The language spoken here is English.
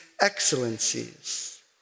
excellencies